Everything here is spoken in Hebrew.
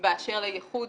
באשר לייחוד